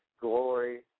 glory